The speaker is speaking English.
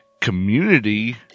community